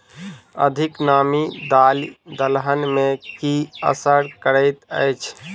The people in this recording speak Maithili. अधिक नामी दालि दलहन मे की असर करैत अछि?